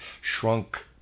shrunk